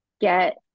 get